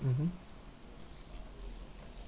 mmhmm